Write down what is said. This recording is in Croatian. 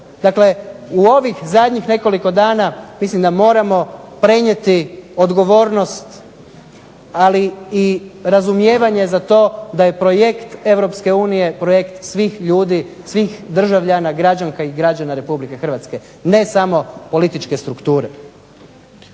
Dakle, u ovih zadnjih nekoliko dana mislim da moramo prenijeti odgovornost ali i razumijevanje za to da je projekt EU projekt svih ljudi, svih državljana građanki i građana RH, ne samo političke strukture.